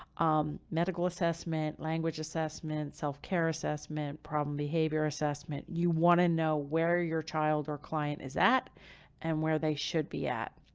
um, medical assessment, language assessment and self care assessment, problem behavior assessment. you want to know where your child or client is at and where they should be at.